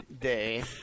day